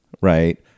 right